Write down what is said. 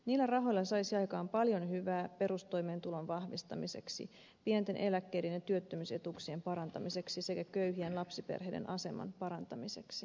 niillä rahoilla saisi aikaan paljon hyvää perustoimeentulon vahvistamiseksi pienten eläkkeiden ja työttömyysetuuksien parantamiseksi sekä köyhien lapsiperheiden aseman parantamiseksi